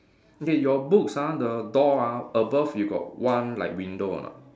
okay your books ah the door ah above you got one like window or not